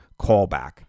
callback